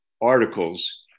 articles